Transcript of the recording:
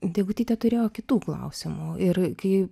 degutytė turėjo kitų klausimų ir kai